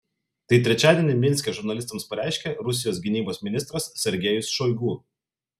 tai trečiadienį minske žurnalistams pareiškė rusijos gynybos ministras sergejus šoigu